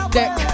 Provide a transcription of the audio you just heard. deck